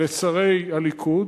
לשרי הליכוד.